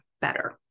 better